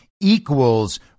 equals